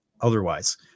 Otherwise